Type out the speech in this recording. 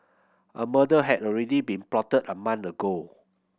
a murder had already been plotted a month ago